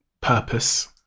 purpose